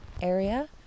area